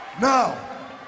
Now